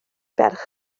ferch